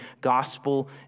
gospel